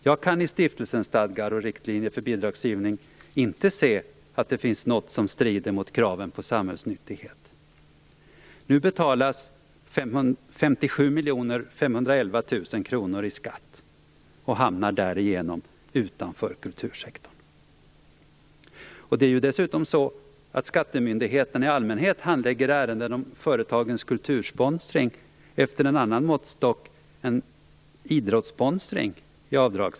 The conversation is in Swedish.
Jag kan i stiftelsens stadgar och riktlinjer för bidragsgivning inte se att det finns något som strider mot kraven på samhällsnyttighet. Nu betalas 57 511 000 kr i skatt och hamnar därigenom utanför kultursektorn. Det är dessutom så att skattemyndigheten i avdragshänseende i allmänhet handlägger ärenden om företagens kultursponsring efter en annan måttstock än idrottssponsring.